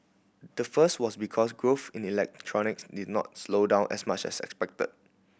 the first was because growth in electronics did not slow down as much as expected